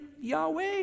Yahweh